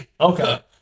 Okay